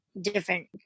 different